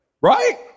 Right